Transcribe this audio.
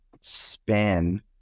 span